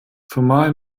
formal